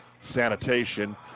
Sanitation